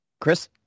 Chris